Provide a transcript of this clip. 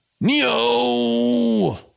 Neo